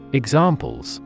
examples